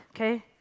okay